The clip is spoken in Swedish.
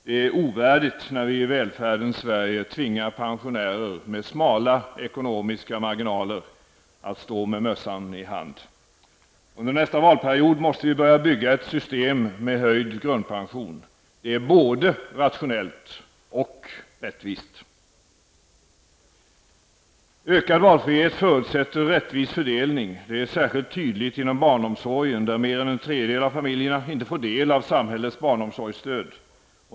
Det är ovärdigt när vi i välfärdens Sverige tvingar pensionärer med smala ekonomiska marginaler att ''stå med mössan i hand''. Under nästa valperiod måste vi börja bygga ett system med höjd grundpension. Det är både rationellt och rättvist. Ökad valfrihet förutsätter rättvis fördelning. Det är särskilt tydligt inom barnomsorgen, där mer än en tredjedel av familjerna inte får del av samhällets barnomsorgsstöd.